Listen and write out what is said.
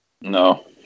No